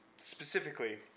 specifically